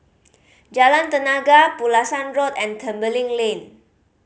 Jalan Tenaga Pulasan Road and Tembeling Lane